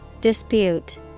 Dispute